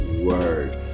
word